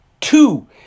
Two